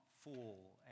fall